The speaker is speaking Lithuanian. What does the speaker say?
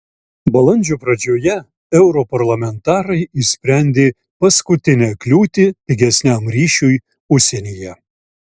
balandžio pradžioje europarlamentarai išsprendė paskutinę kliūtį pigesniam ryšiui užsienyje